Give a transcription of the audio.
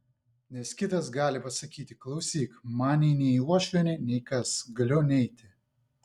nes kitas gali pasakyti klausyk man ji nei uošvienė nei kas galiu neiti